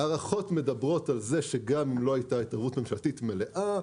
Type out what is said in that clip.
ההערכות מדברות על זה שגם אם לא הייתה התערבות ממשלתית מלאה